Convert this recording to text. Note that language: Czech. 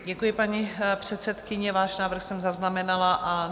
Děkuji, paní předsedkyně, váš návrh jsem zaznamenala.